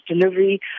delivery